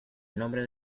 nombre